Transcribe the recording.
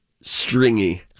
stringy